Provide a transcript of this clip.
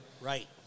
Right